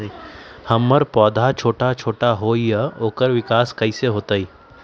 हमर पौधा छोटा छोटा होईया ओकर विकास कईसे होतई?